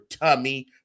Tummy